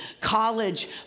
College